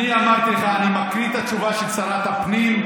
אני מקריא לך את התשובה של שרת הפנים.